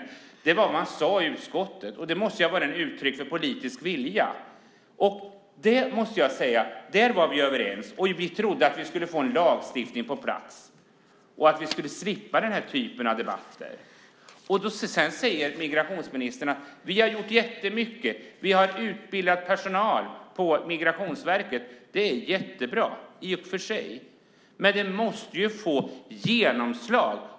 Så sade vi i utskottet, och det måste ha varit ett uttryck för politisk vilja. Där var vi överens, och vi trodde att vi skulle få en lagstiftning på plats så att vi slapp den här typen av debatter. Migrationsministern säger att man gjort jättemycket, bland annat utbildat personal vid Migrationsverket. Det är i och för sig jättebra, men det måste också få genomslag.